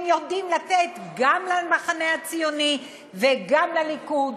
הם יודעים לתת גם למחנה הציוני וגם לליכוד,